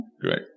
Great